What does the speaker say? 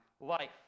life